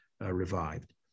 revived